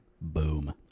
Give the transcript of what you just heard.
Boom